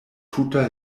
tuta